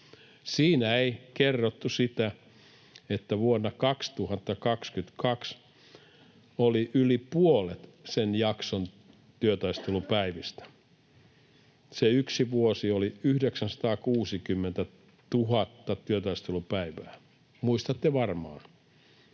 Siinä ei kerrottu sitä, että vuonna 2022 oli yli puolet sen jakson työtaistelupäivistä. Sinä yhtenä vuotena oli 960 000 työtaistelupäivää. Muistatte varmaan,